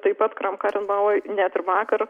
taip pat kram karenbau net ir vakar